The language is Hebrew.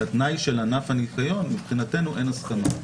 לתנאי של ענף הניקיון מבחינתנו אין הסכמה.